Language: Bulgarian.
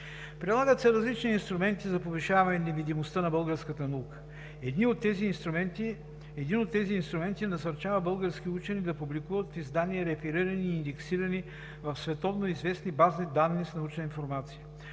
Прилагат се различни инструменти за повишаване на видимостта на българската наука. Един от тези инструменти насърчава български учени да публикуват в издания реферирани и индексирани в световноизвестни бази данни с научна информация.